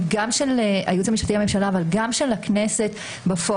גם של הייעוץ המשפטי לממשלה אבל גם של הכנסת בפועל